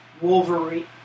Wolverine